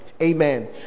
amen